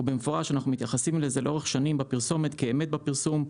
במפורש אנחנו מתייחסים לזה לאורך שנים בפרסומת כאמת בפרסום.